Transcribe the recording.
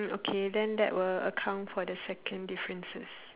uh okay then that will account for the second differences